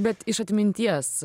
bet iš atminties